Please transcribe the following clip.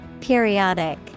Periodic